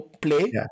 play